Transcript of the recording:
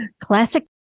classic